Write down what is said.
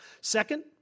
Second